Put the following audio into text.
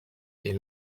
est